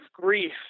grief